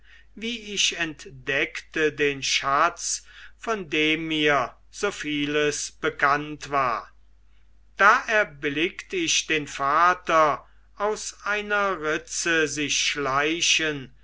wie ich entdeckte den schatz von dem mir so vieles bekannt war da erblickt ich den vater aus einer ritze sich schleichen